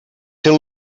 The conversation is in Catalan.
ser